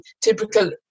typical